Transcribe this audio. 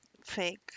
fake